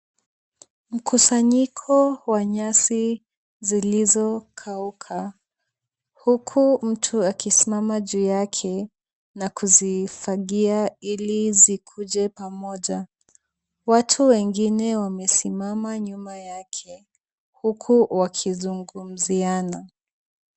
Mkusanyiko wa nyasi zilizokauka huku mtu akisimama juu yake na kuzifagia ili zikuje pamoja. Watu wengine wamesimama nyuma yake huku wakizungumziana.